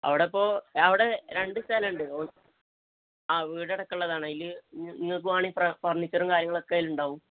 അവിടെയിപ്പോള് അവിടെ രണ്ട് സ്ഥലമുണ്ട് ആ വീടടക്കമുള്ളതാണ് അതില് നിങ്ങള്ക്ക് വേണമെങ്കില് ഫർണീച്ചറും കാര്യങ്ങളുമൊക്കെ അതിലുണ്ടാകും